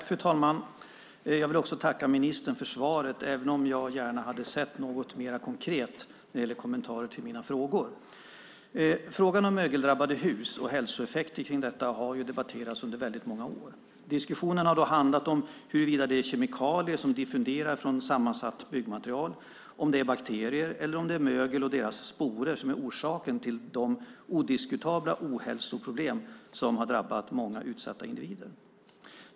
Fru talman! Jag vill tacka ministern för svaret även om jag gärna hade sett något mer konkret när det gäller kommentarer till mina frågor. Frågan om mögeldrabbade hus och hälsoeffekter av detta har debatterats under väldigt många år. Diskussionen har handlat om huruvida det är kemikalier som diffunderar från sammansatt byggmaterial, om det är bakterier eller om det är mögel och dess sporer som är orsaken till de odiskutabla ohälsoproblem som har drabbat många utsatta individer.